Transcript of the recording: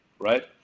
right